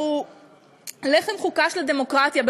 שהוא לחם חוקה של הדמוקרטיה,